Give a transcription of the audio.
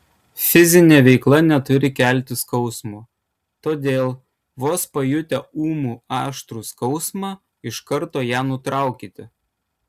fizinė veikla neturi kelti skausmo todėl vos pajutę ūmų aštrų skausmą iš karto ją nutraukite